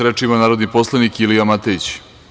Reč ima narodni poslanik Ilija Matejić.